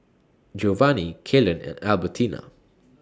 Giovanni Kalen and Albertina